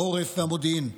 העורף והמודיעין,